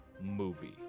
movie